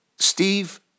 Steve